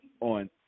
on